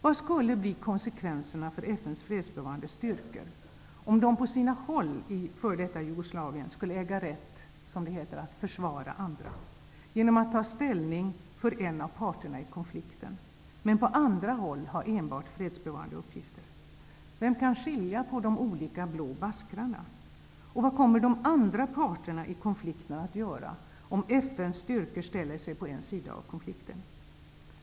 Vad skulle bli konsekvenserna för FN:s fredsbevarande styrkor om de på sina håll i f.d. Jugoslavien skulle äga rätt att ''försvara andra'' genom att ta ställning för en av parterna i konflikten, men på andra håll enbart ha fredsbevarande uppgifter? Vem kan skilja på de olika blå baskrarna? Och vad kommer de andra parterna i konflikten att göra om FN:s styrkor ställer sig på en sida av konflikten?